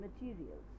materials